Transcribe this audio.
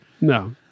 No